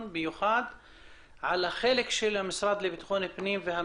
הזה הוא על החלק של המשטרה וביטחון פנים.